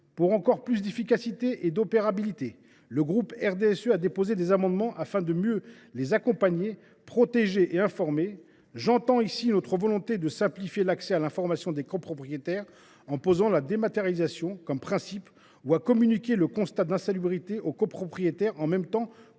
Pour encore plus d’efficacité et d’opérabilité, le groupe du RDSE a déposé des amendements visant à mieux accompagner, protéger et informer les occupants de ces logements. J’entends ici exprimer notre volonté de simplifier l’accès à l’information des copropriétaires, en posant la dématérialisation comme principe, ou à communiquer le constat d’insalubrité aux copropriétaires en même temps